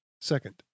Second